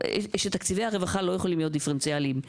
תקציבי הרווחה לא יכולים להיות דיפרנציאליים,